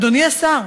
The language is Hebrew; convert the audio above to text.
אדוני השר,